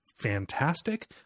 fantastic